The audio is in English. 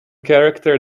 character